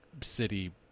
city